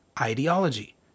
ideology